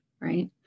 right